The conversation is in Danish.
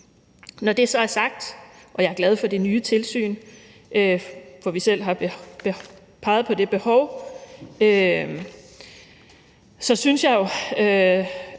Når det så er sagt – og jeg er glad for det nye tilsyn, for vi har selv peget på behovet for det – så synes jeg jo,